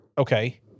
Okay